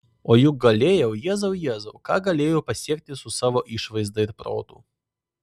o juk galėjau jėzau jėzau ką galėjau pasiekti su savo išvaizda ir protu